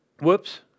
Whoops